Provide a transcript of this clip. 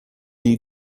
you